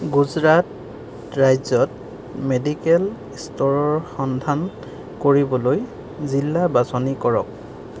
গুজৰাট ৰাজ্যত মেডিকেল ষ্ট'ৰৰ সন্ধান কৰিবলৈ জিলা বাছনি কৰক